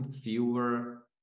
fewer